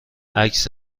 عکس